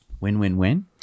Win-win-win